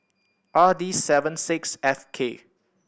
R D seven six F K